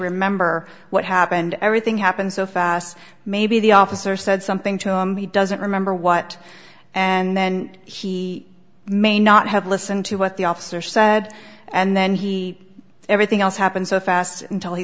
remember what happened everything happened so fast maybe the officer said something to him he doesn't remember what and then he may not have listened to what the officer said and then he everything else happened so fast until he